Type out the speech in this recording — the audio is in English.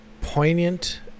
poignant